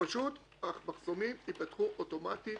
שפשוט המחסומים ייפתחו אוטומטית